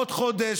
עוד חודש,